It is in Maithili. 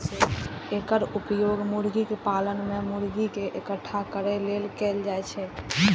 एकर उपयोग मुर्गी पालन मे मुर्गी कें इकट्ठा करै लेल कैल जाइ छै